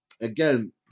again